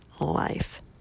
life